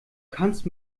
kannst